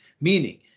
Meaning